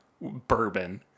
bourbon